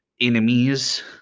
enemies